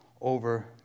over